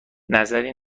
نظری